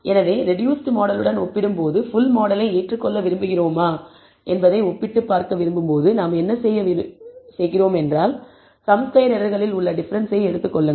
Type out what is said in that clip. எனவே ரெடூஸ்ட் மாடலுடன் ஒப்பிடும்போது ஃபுல் மாடலை ஏற்றுக்கொள்ள விரும்புகிறோமா என்பதை ஒப்பிட்டுப் பார்க்க விரும்பும்போது நாம் என்ன செய்கிறோம் என்றால் சம் ஸ்கொயர் எரர்களில் உள்ள டிஃபரெண்ஸ் எடுத்துக் கொள்ளுங்கள்